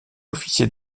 officier